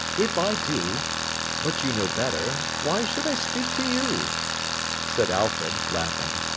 if i do but you know better why should i speak to you said alfred, laughing.